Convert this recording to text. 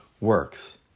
works